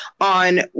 on